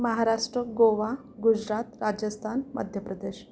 Maharashtra Goa Gujarat Rajasthan Madhya Pradesh